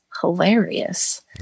hilarious